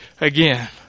again